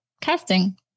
casting